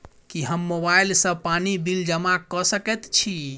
की हम मोबाइल सँ पानि बिल जमा कऽ सकैत छी?